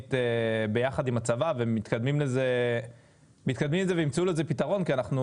תכנית ביחד עם הצבא ומתקדמים לזה וימצאו לזה פתרון כי לא